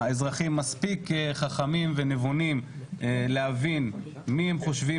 האזרחים מספיק חכמים ונבונים להבין מי הם חושבים